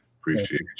Appreciate